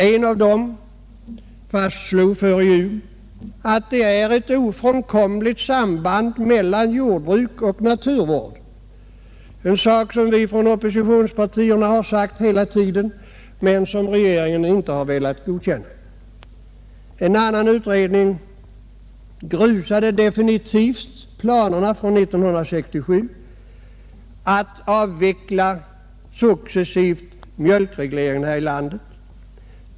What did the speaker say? En av dem fastslog före jul att det är ett ofrånkomligt samband mellan jordbruk och naturvård -- något som vi från oppositionspartierna har framhållit hela tiden men som regeringen inte har velat godkänna. En annan utredning grusade definitivt planerna från 1967 att successivt avveckla mjölkregleringen här i landet.